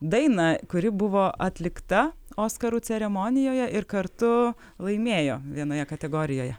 daina kuri buvo atlikta oskarų ceremonijoje ir kartu laimėjo vienoje kategorijoje